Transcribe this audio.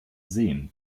sehen